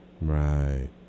Right